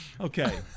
Okay